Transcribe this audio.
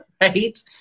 right